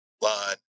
line